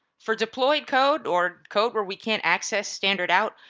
for deployed code or code where we can't access standard out,